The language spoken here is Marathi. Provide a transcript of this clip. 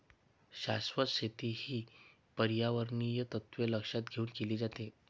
शाश्वत शेती ही पर्यावरणीय तत्त्वे लक्षात घेऊन केली जाते